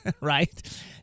right